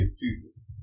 Jesus